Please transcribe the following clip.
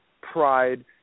pride